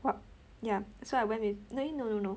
what ya so I went with eh no no no no